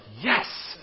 yes